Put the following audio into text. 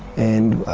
and